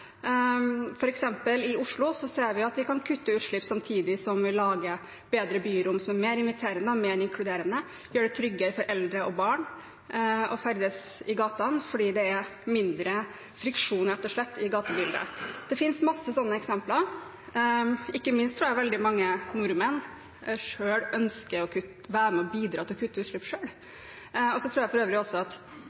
eksempel i Oslo ser vi at vi kan kutte utslipp samtidig som vi lager bedre byrom, som er mer inviterende og mer inkluderende, som gjør det tryggere for eldre og barn å ferdes i gatene fordi det rett og slett er mindre friksjon i gatebildet. Det finnes mange sånne eksempler. Ikke minst tror jeg veldig mange nordmenn ønsker å være med og bidra til å kutte utslipp selv. Jeg tror for øvrig også at